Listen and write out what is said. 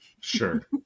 sure